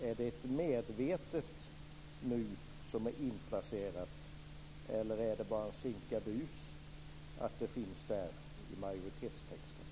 Är det ett medvetet "nu" som är inplacerat eller är det bara en sinkadus att det finns med i majoritetstexten?